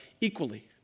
equally